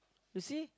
you see